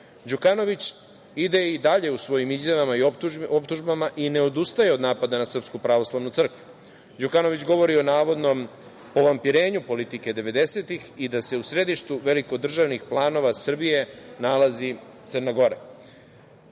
Đukanović ide i dalje u svojim izjavama i optužbama i ne odustaje od napada na SPC. Đukanović govori o navodnom, povampirenju politike devedesetih i da se u središtu velikodržavnih planova Srbije nalazi Crna Gora.